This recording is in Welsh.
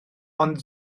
ond